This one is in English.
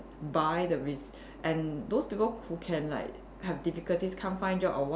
buy the and those people who can like have difficulties can't find job or what